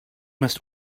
must